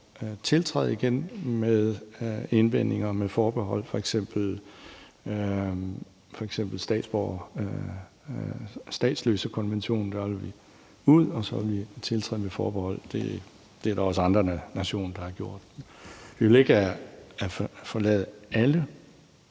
tiltræde igen med indvendinger og med forbehold, f.eks. statsløsekonventionen. Der vil vi først ud, og så vil vi tiltræde den med forbehold. Det er der også andre nationer der har gjort. Vi vil ikke forlade alle